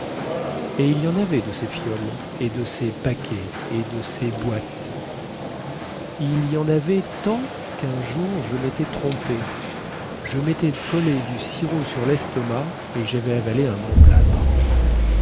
et il y en avait de ces fioles et de ces paquets et de ces boîtes il y en avait tant quun jour je métais trompé je métais collé du sirop sur lestomac et javais avalé un emplâtre